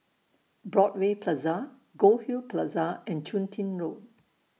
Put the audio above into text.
Broadway Plaza Goldhill Plaza and Chun Tin Road